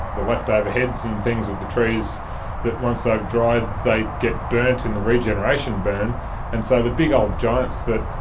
the left-over heads and things of the trees that once they've dried they get burnt in the regeneration burn and so the big old giants that,